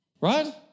Right